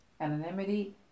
anonymity